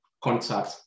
contact